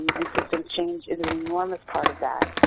and system change is an enormous part of that.